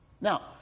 Now